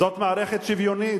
זאת מערכת שוויונית?